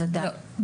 בוודאי.